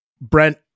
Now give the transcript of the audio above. Brent